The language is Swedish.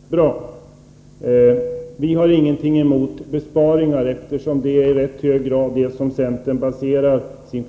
Fru talman! Det här låter mycket bra. Vi har ingenting emot besparingar. Det är ju i hög grad dessa som centern baserar sina